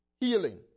healing